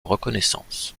reconnaissance